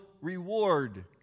reward